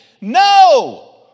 no